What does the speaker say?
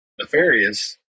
nefarious